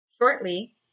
shortly